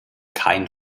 kein